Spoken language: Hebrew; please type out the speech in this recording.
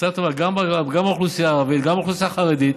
גם האוכלוסייה הערבית,